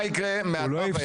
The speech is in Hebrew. מה יקרה מעתה ואילך.